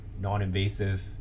non-invasive